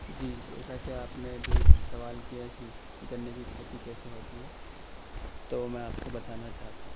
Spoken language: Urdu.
جی جیسا کہ آپ نے ابھی سوال کیا کہ گنے کی کھیتی کیسے ہوتی ہے تو میں آپ کو بتانا چاہتا ہوں